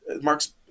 Mark's